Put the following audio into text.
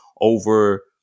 over